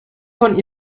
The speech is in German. von